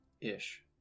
ish